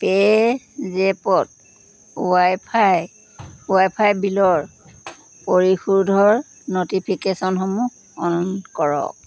পে'জেপত ৱাইফাই ৱাইফাইৰ বিলৰ পৰিশোধৰ ন'টিফিকেশ্যনসমূহ অন কৰক